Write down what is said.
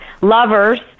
lovers